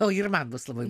o ir man bus labai